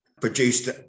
produced